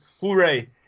hooray